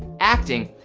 acting,